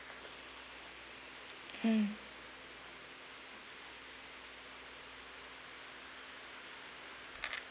mm